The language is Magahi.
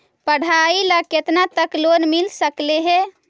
पढाई ल केतना तक लोन मिल सकले हे?